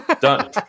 done